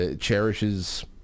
cherishes